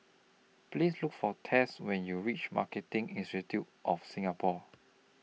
Please Look For Tess when YOU REACH Marketing Institute of Singapore